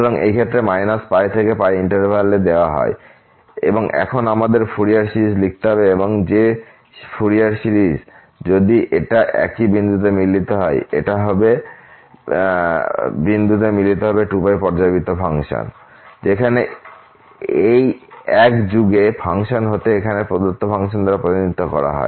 সুতরাং এই ক্ষেত্রে π থেকে ইন্টারভ্যাল দেওয়া হয় এবং এখন আমাদের ফুরিয়ার সিরিজ লিখতে হবে এবং যে ফুরিয়ার সিরিজ যদি এটা একই বিন্দুতে মিলিত হয় এটা এই হবে বিন্দুতে মিলিত হবে 2π পর্যাবৃত্ত ফাংশন যেখানে এই এক যুগে ফাংশন হতে এখানে প্রদত্ত ফাংশন দ্বারা প্রতিনিধিত্ব করা হয়